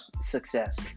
success